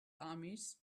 armies